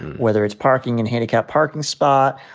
whether it's parking in a handicapped parking spot,